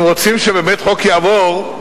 אם רוצים שבאמת חוק יעבור,